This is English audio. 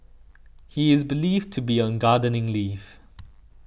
he is believed to be on gardening leave